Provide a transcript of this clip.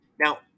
Now